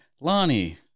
Lonnie